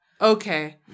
okay